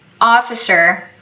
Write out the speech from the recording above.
officer